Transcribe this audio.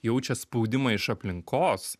jaučia spaudimą iš aplinkos